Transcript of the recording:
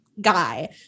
guy